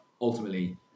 ultimately